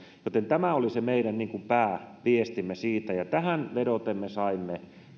joten tämä oli meidän pääviestimme siitä ja tähän vedoten me saimme